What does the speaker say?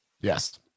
Yes